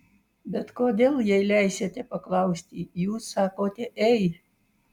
bet kodėl jei leisite paklausti jūs sakote ei